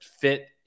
fit